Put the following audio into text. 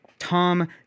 Tom